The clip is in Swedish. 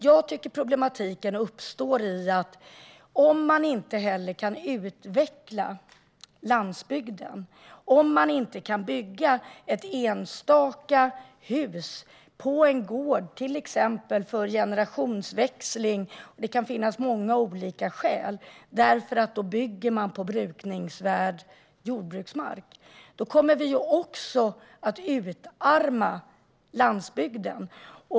Jag tycker att problematiken uppstår om man inte heller kan utveckla landsbygden och bygga ett enstaka hus på en gård, till exempel för generationsväxling eller annat, för att man bygger på brukningsvärd jordbruksmark. Då kommer vi att utarma landsbygden.